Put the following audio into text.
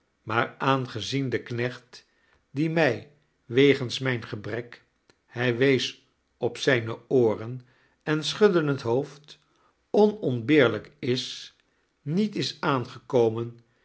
maar aangezien de knecht die mij wegens mijn gpforek hij wees op zijne ooren en sehudde het hoofd onontbeerlijk is niet is aangekomen